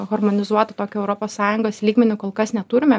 harmonizuotu tokiu europos sąjungos lygmeniu kol kas neturime